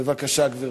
בבקשה, גברתי.